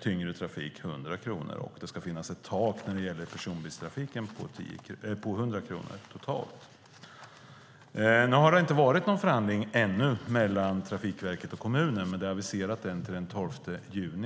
tyngre trafik 100 kronor. Och det ska finnas ett tak när det gäller personbilstrafiken på 100 kronor, totalt. Nu har det ännu inte varit någon förhandling mellan Trafikverket och kommunen, men det är aviserat en till den 12 juni.